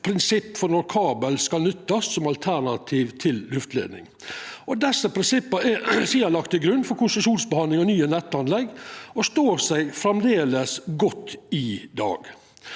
prinsipp for når kabel skal nyttast som alternativ til luftleidning. Desse prinsippa er sidan lagde til grunn for konsesjonsbehandlinga av nye nettanlegg og står seg framleis godt i dag.